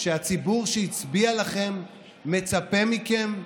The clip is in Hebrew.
שהציבור שהצביע לכם מצפה מכם לממש.